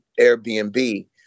Airbnb